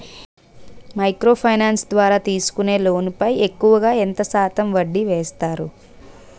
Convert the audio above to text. Micro finance ద్వారా తీసుకునే loan పై ఎక్కువుగా ఎంత శాతం వడ్డీ వేస్తారు?